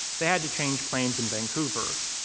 they had to change planes in vancouver.